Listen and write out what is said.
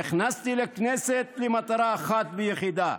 נכנסתי לכנסת למטרה אחת ויחידה,